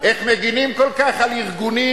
איך מגינים כל כך על ארגונים,